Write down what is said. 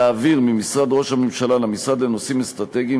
להעביר ממשרד ראש הממשלה למשרד לנושאים אסטרטגיים